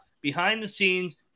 behind-the-scenes